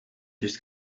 just